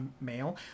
male